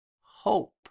hope